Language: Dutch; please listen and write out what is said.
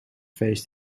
feest